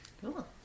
Cool